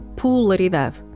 polaridade